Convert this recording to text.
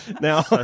Now